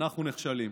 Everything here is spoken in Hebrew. אנחנו נכשלים.